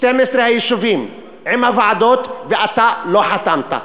12 היישובים עם הוועדות, ואתה לא חתמת.